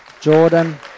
Jordan